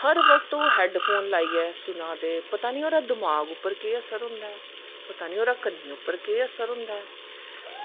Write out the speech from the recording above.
हर बक्त ओह् हैडफोन लाईयै सुना दे पता नी ओह्दा दमाक पर केह् असर होंदा ऐ पता नी ओह्दा कन्नैं पर केह् असर होंदा ऐ